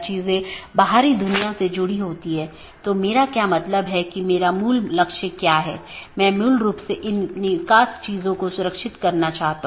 BGP version 4 में बड़ा सुधार है कि यह CIDR और मार्ग एकत्रीकरण को सपोर्ट करता है